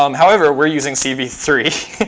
um however, we're using c v three.